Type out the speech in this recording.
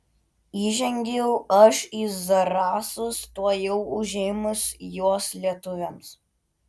įžengiau aš į zarasus tuojau užėmus juos lietuviams